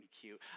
cute